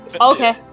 okay